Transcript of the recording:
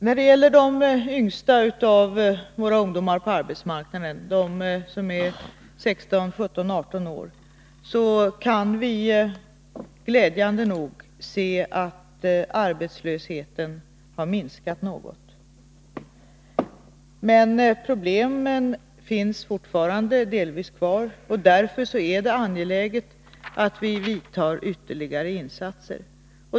När det gäller de yngsta av våra ungdomar på arbetsmarknaden — de som är 16, 17, 18 år — kan vi glädjande nog se att arbetslösheten har minskat något. Men problemen finns fortfarande delvis kvar, och därför är det angeläget att vi gör ytterligare insatser.